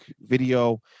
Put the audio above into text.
video